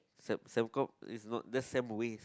Sem~ Sembcorp is not that's Sembwaste